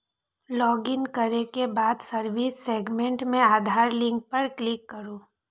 login करै के बाद सर्विस सेगमेंट मे आधार लिंक पर क्लिक करू